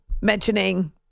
mentioning